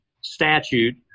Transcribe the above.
statute